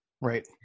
Right